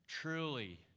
Truly